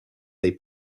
they